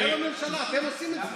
אתם הממשלה, אתם עושים את זה.